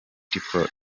for